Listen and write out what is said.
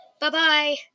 Bye-bye